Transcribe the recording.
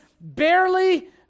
barely